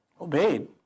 Obeyed